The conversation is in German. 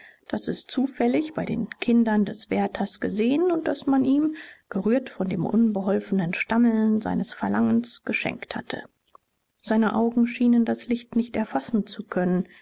das es zufällig bei den kindern des wärters gesehen und das man ihm gerührt von dem unbeholfenen stammeln seines verlangens geschenkt hatte seine augen schienen das licht nicht erfassen zu können